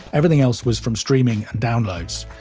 everything else was from streaming and downloads.